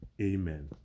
Amen